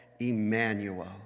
Emmanuel